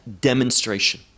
demonstration